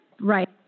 right